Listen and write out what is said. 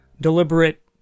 deliberate